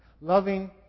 Loving